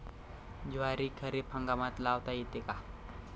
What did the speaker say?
ज्वारी खरीप हंगामात लावता येते का?